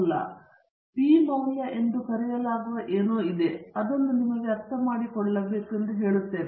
P ಮೌಲ್ಯ ಎಂದು ಕರೆಯಲಾಗುವ ಏನೋ ಇದೆ ಆದರೆ ಅದನ್ನು ನಿಮಗೆ ಅರ್ಥಮಾಡಿಕೊಳ್ಳಲು ನಾನು ಬಿಡುತ್ತೇನೆ